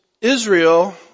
Israel